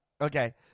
okay